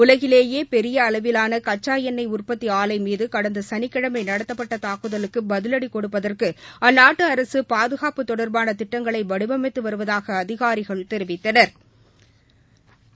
உலகிலேயே பெரிய அளவிலான கச்சா எண்ணெய் உற்பத்தி ஆலை மீது கடந்த சனிக்கிழமை நடத்தப்பட்ட தாக்குதலுக்கு பதிவடி கொடுப்பதற்கு அந்நாட்டு அரசு பாதுகாப்பு தொடர்பான திட்டங்களை வடிவமைத்து வருவதாக அதிகாரிகள் தெரிவித்தனா்